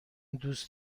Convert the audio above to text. دوست